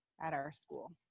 at our school.